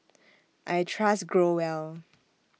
I Trust Growell